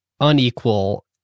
unequal